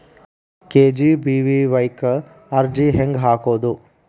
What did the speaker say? KGBVY ಕ್ಕ ಅರ್ಜಿ ಹೆಂಗ್ ಹಾಕೋದು?